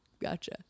gotcha